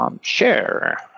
Share